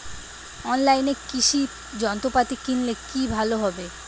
অনলাইনে কৃষি যন্ত্রপাতি কিনলে কি ভালো হবে?